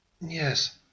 Yes